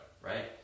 Right